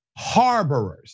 harborers